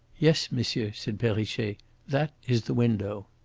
yes, m'sieur, said perrichet that is the window.